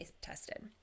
tested